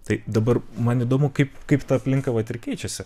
tai dabar man įdomu kaip kaip ta aplinka vat ir keičiasi